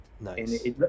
nice